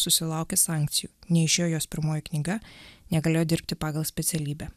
susilaukė sankcijų neišėjo jos pirmoji knyga negalėjo dirbti pagal specialybę